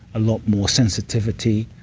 a lot more sensitivity,